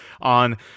on